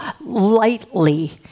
lightly